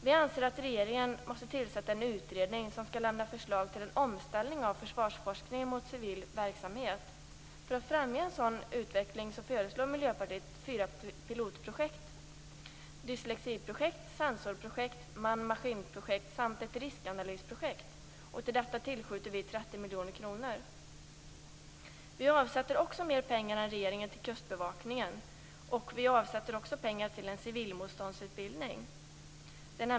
Vi anser att regeringen bör tillsätta en utredning som skall lämna förslag till en omställning av försvarsforskningen mot civil verksamhet. För att främja en sådan utveckling föreslår Miljöpartiet fyra pilotprojekt: dyslexiprojekt, sensorprojekt, manmaskin-projekt samt riskanalysprojekt. Till detta tillskjuter vi 30 miljoner kronor. Vi avsätter också mer pengar än regeringen till kustbevakningen. Vi avsätter också pengar till en civilmotståndsutbildning.